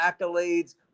accolades